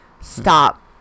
stop